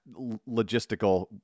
logistical